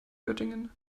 göttingen